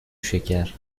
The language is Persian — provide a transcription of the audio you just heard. شکر